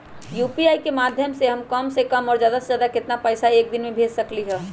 UPI के माध्यम से हम कम से कम और ज्यादा से ज्यादा केतना पैसा एक दिन में भेज सकलियै ह?